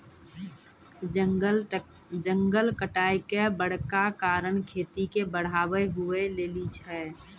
जंगल कटाय के बड़का कारण खेती के बढ़ाबै हुवै लेली छै